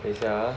等一下啊